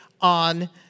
on